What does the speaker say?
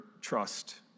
trust